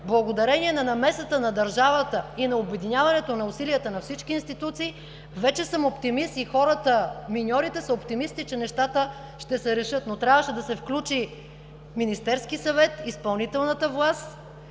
Благодарение на намесата на държавата и на обединяването на усилията на всички институции, вече съм оптимист и миньорите са оптимисти, че нещата ще се решат. Но трябваше да се включи Министерският съвет – изпълнителната власт,